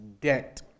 debt